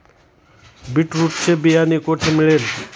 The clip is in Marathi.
बीटरुट चे बियाणे कोठे मिळेल?